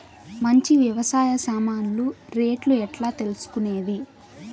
మంచి వ్యవసాయ సామాన్లు రేట్లు ఎట్లా తెలుసుకునేది?